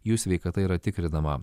jų sveikata yra tikrinama